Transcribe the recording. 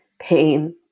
pain